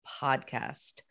podcast